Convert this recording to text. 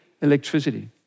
electricity